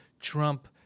Trump